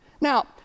Now